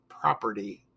property